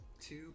Two